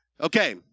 Okay